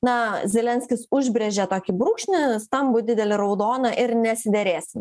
na zelenskis užbrėžė tokį brūkšnį stambų didelį raudoną ir nesiderėsim